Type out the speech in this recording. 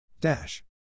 Dash